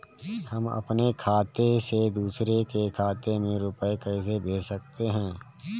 हम अपने खाते से दूसरे के खाते में रुपये कैसे भेज सकते हैं?